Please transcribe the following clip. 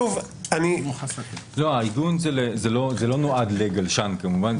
שוב --- זה לא נועד לגלשן כמובן,